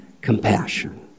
compassion